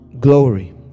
Glory